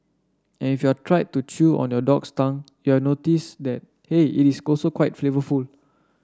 and if you are tried to chew on your dog's tongue you are notice that hey it is also quite flavourful